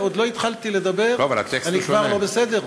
עוד לא התחלתי לדבר ואני כבר לא בסדר?